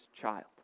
child